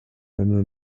einer